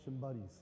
buddies